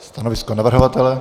Stanovisko navrhovatele?